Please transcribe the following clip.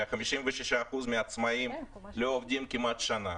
ש-56% מהעצמאים לא עובדים כמעט שנה.